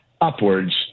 upwards